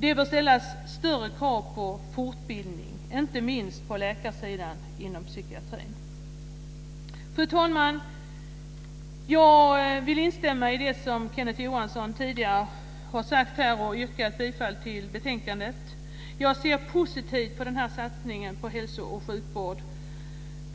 Det bör ställas större krav på fortbildning, inte minst på läkarsidan, inom psykiatrin. Fru talman! Jag vill instämma i det som Kenneth Johansson tidigare har sagt och yrkar bifall till hemställan i betänkandet. Jag ser positivt på den här satsningen på hälso och sjukvård,